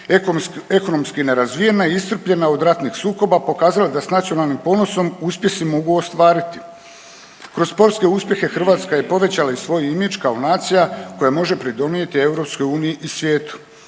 ekonomski nerazvijena, iscrpljena od ratnih sukoba pokazala je da se s nacionalnim ponosom uspjesi mogu ostvariti. Kroz sportske uspjehe Hrvatska je povećala i svoj imidž kao nacija koja može pridonijeti EU i svijetu.